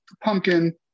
pumpkin